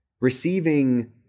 receiving